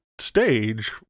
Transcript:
stage